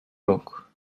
yok